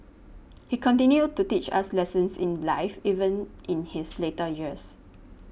he continued to teach us lessons in life even in his later years